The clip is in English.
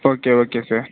okay okay sir